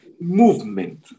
movement